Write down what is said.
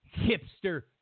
hipster